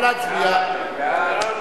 ההצעה